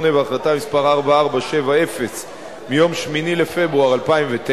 והחלטה מס' 4470 מיום 8 בפברואר 2009,